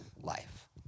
Life